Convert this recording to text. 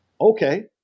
okay